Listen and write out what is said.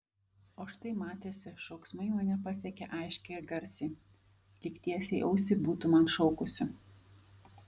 o štai matėsi šauksmai mane pasiekė aiškiai ir garsiai lyg tiesiai į ausį būtų man šaukusi